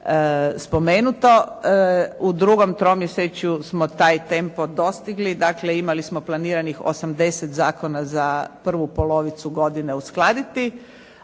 spomenuto. U drugom tromjesečju smo taj tempo dostigli. Dakle, imali smo planiranih 80 zakona za prvu polovicu godine uskladiti,